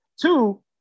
Two